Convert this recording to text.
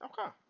Okay